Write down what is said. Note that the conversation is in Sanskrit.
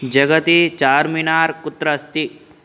जगति चार्मिनार् कुत्र अस्ति